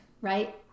right